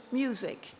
music